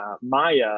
Maya